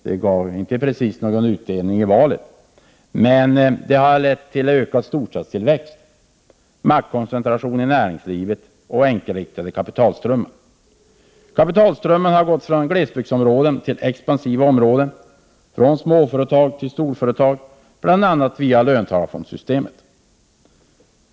Det gav inte precis någon utdelning i valet, men det har lett till ökad storstadstillväxt, maktkoncentration i näringslivet och enkelriktade kapitalströmmar. Kapitalströmmarna har gått från glesbygdsområden till expansiva områden, från småföretag till storföretag, bl.a. via löntagarfondssystemet.